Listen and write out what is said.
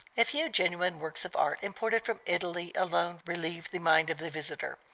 a few genuine works of art imported from italy alone relieve the mind of the visitor.